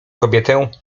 kobietę